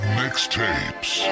mixtapes